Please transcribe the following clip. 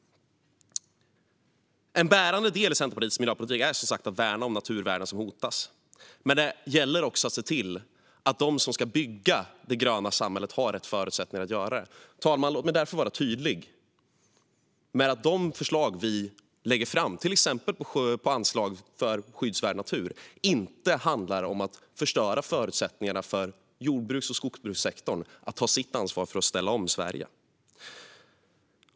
En bärande del i Centerpartiets miljöpolitik är som sagt att värna om naturvärden som hotas. Men det gäller också att se till att de som ska bygga det gröna samhället har rätt förutsättningar att göra det. Låt mig vara tydlig, fru talman, med att de förslag som vi lägger fram, till exempel om anslag för skyddsvärd natur, inte handlar om att förstöra förutsättningarna för jord och skogsbrukssektorn att ta sitt ansvar för att ställa om Sverige.